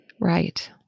Right